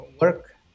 work